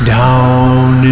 down